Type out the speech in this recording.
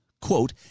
quote